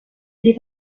les